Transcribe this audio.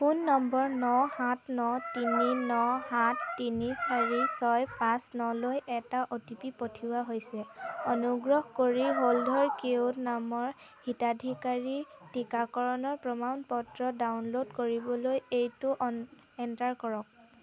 phone number ন সাত ন তিনি ন সাত তিনি চাৰি ছয় পাঁচ নলৈ এটা অ'টিপি পঠিওৱা হৈছে অনুগ্ৰহ কৰি হলধৰ কেওট নামৰ হিতাধিকাৰীৰ টীকাকৰণৰ প্ৰমাণ পত্ৰ ডাউনলোড কৰিবলৈ এইটো অন এণ্টাৰ কৰক